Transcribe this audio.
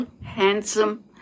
handsome